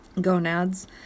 gonads